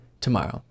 tomorrow